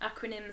Acronyms